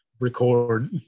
record